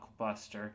blockbuster